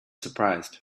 surprised